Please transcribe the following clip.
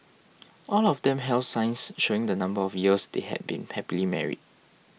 all of them held signs showing the number of years they had been happily married